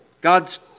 God's